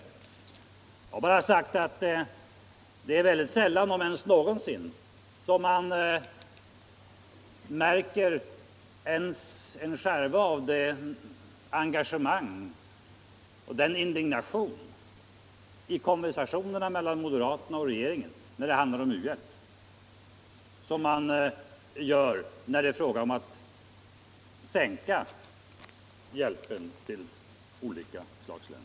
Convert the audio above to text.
Jag har bara sagt att det är mycket sällan, om ens någonsin, som man märker ens en skärva av det engagemang och den indignation i konversationerna mellan moderaterna och regeringen när det handlar om u-hjälp som man finner när det är fråga om att minska hjälpen till länder som moderater inte gillar.